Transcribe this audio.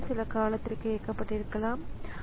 மேலும் பல டிவைஸ் கண்ட்ரோலர்கள் உள்ளன